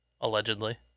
Allegedly